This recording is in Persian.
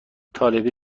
طالبی